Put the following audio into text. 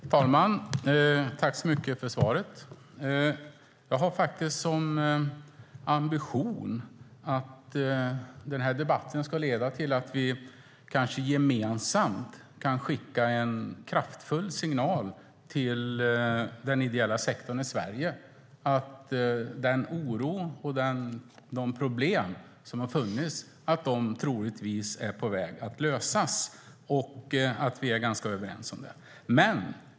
Fru talman! Tack så mycket för svaret! Jag har faktiskt som ambition att den här debatten ska leda till att vi kanske gemensamt kan skicka en kraftfull signal till den ideella sektorn i Sverige att den oro och de problem som har funnits troligtvis är på väg att lösas och att vi är ganska överens om det.